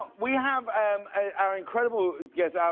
we have our incredible guest,